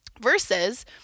Versus